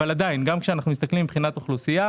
אבל כשמסתכלים מבחינת אוכלוסייה